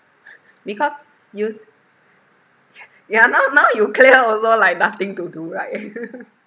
because you s~ yeah now now you clear also like nothing to do right